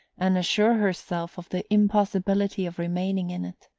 and assure herself of the impossibility of remaining in it.